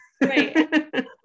Right